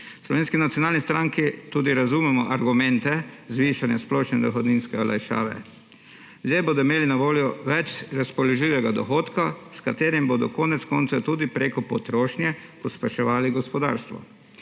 Slovenski nacionalni stranki tudi razumemo argumente zvišanja splošne dohodninske olajšave. Zdaj bodo imeli na voljo več razpoložljivega dohodka, s katerim bodo konec koncev tudi preko potrošnje pospeševali gospodarstvo.